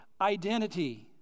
identity